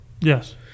yes